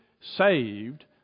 saved